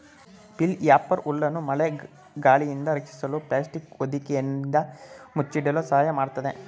bale wrapper ಹುಲ್ಲನ್ನು ಮಳೆ ಗಾಳಿಯಿಂದ ರಕ್ಷಿಸಲು ಪ್ಲಾಸ್ಟಿಕ್ ಹೊದಿಕೆಯಿಂದ ಮುಚ್ಚಿಡಲು ಸಹಾಯ ಮಾಡತ್ತದೆ